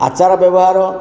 ଆଚାର ବ୍ୟବହାର